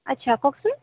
আচ্ছা কওকচোন